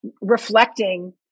reflecting